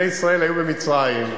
כשבני ישראל היו במצרים,